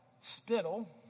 spittle